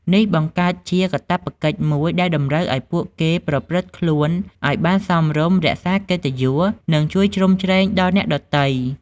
នេះបង្កើតជាកាតព្វកិច្ចមួយដែលតម្រូវឱ្យពួកគេប្រព្រឹត្តខ្លួនឱ្យបានសមរម្យ រក្សាកិត្តិយស និងជួយជ្រោមជ្រែងដល់អ្នកដទៃ។